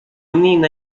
menino